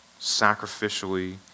sacrificially